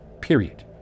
period